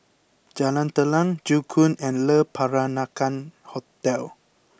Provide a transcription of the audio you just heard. Jalan Telang Joo Koon and Le Peranakan Hotel